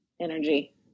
energy